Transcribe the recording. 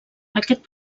aquest